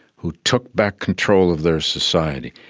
who took back control of their society.